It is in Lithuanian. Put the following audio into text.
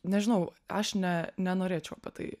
nežinau aš ne nenorėčiau apie tai